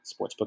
sportsbook